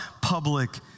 public